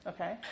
Okay